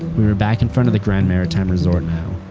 we were back in front of the grand maritime resort now.